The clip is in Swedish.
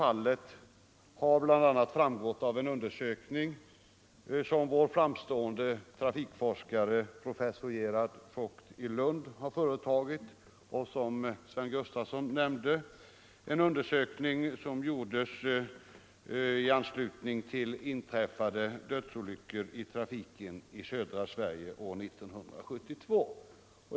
Detta har bl.a. framgått av en undersökning som vår framstående trafikforskare professor Gerhard Voigt i Lund företagit — som också Sven Gustafson nämnde —- i anslutning till inträffade dödsolyckor i trafiken i södra Sverige år 1972.